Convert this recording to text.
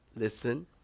listen